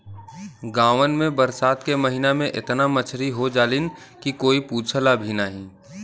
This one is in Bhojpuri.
गांवन में बरसात के महिना में एतना मछरी हो जालीन की कोई पूछला भी नाहीं